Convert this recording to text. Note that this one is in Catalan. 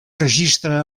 registre